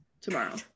tomorrow